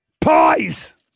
Pies